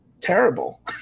terrible